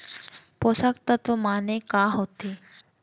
पोसक तत्व माने का होथे?